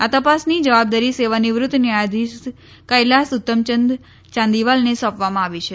આ તપાસની જવાબદારી સેવાનિવૃત્ત ન્યાયાધીશ કૈલાસ ઉત્તમચંદ ચાંદીવાલને સોંપવામાં આવી છે